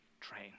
train